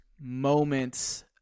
moments